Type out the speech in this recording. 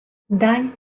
daň